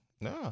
No